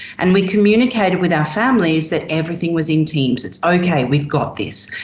and we communicated with our families that everything was in teams, it's okay, we've got this.